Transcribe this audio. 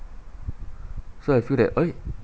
so I feel that !oi!